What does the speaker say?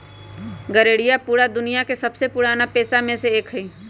गरेड़िया पूरा दुनिया के सबसे पुराना पेशा में से एक हई